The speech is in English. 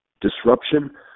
disruption